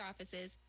offices